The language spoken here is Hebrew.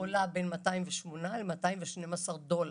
עולה 212-208 דולר.